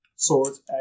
Swords